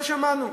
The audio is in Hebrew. לא שמענו.